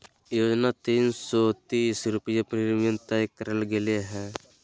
योजना तीन सो तीस रुपये प्रीमियम तय करल गेले हइ